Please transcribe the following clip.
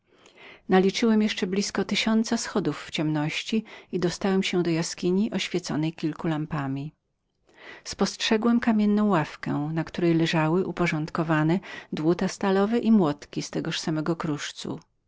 naliczyłem jeszcze blizko tysiąca schodów w ciemności i dostałem się do jaskini oświeconej kilką lampami spostrzegłem ławkę kamienną na której leżały uporządkowane dłuta stalowe i młotki z tegoż samego kruszcu